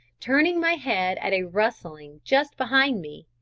turning my head at a rustling just behind me,